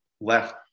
left